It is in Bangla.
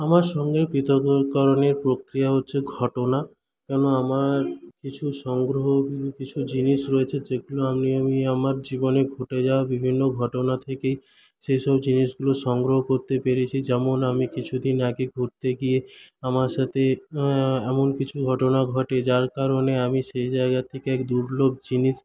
আমার সঙ্গে পৃথকীকরণের প্রক্রিয়া হচ্ছে ঘটনা কেননা আমার কিছু সংগ্রহ কিছু জিনিস রয়েছে যেগুলো আমি আমি আমার জীবনে ঘটে যাওয়া বিভিন্ন ঘটনা থেকেই সেইসব জিনিসগুলো সংগ্রহ করতে পেরেছি যেমন আমি কিছুদিন আগে ঘুরতে গিয়ে আমার সাথে এমন কিছু ঘটনা ঘটে যার কারণে আমি সেই জায়গা থেকে এক দুর্লভ জিনিস